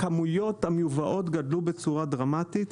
הכמויות המיובאות גדלו בצורה דרמטית.